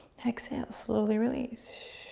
exhale, slowly release.